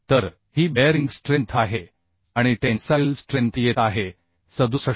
तर ही bearing strength आहे आणि टेन्साइल स्ट्रेंथ येत आहे 67